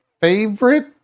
favorite